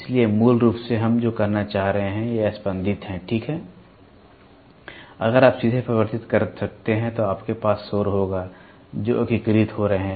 इसलिए मूल रूप से हम जो कहना चाह रहे हैं ये स्पंदित हैं ठीक है अगर आप सीधे प्रवर्धित कर सकते हैं तो आपके पास शोर होगा जो एकीकृत हो रहे हैं